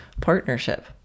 partnership